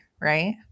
right